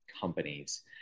companies